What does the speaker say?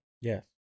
Yes